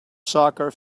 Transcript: soccer